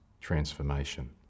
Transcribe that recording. transformation